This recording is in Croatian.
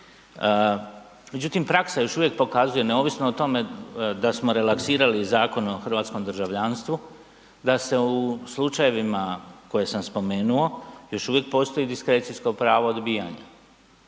Međutim praksa još u vijek pokazuje neovisno o tome da smo relaksirali Zakon o hrvatskom državljanstvu, da se u slučajevima koje sam spomenuo još uvijek postoji diskrecijsko pravo odbijanja,